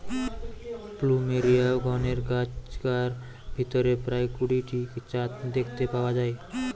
plumeria গণের গাছগার ভিতরে প্রায় কুড়ি টি জাত দেখতে পাওয়া যায়